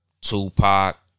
Tupac